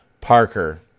Parker